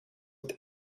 het